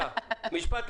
חדרי